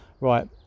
right